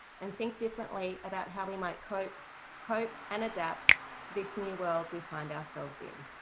and think differently about how we might cope cope and adapt to this new world we find ourselves in.